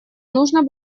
нужно